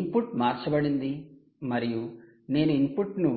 input మార్చబడింది మరియు నేను ఇన్పుట్ను